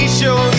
show